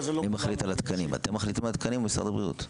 אתם מחליטים על התקנים או משרד הבריאות?